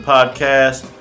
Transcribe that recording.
Podcast